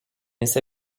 ise